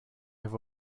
have